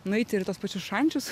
nueiti ir į tuos pačius šančius